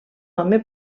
home